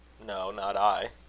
no, not i.